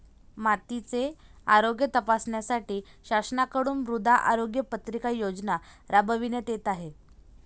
मातीचे आरोग्य तपासण्यासाठी शासनाकडून मृदा आरोग्य पत्रिका योजना राबविण्यात येत आहे